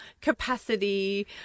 capacity